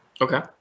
okay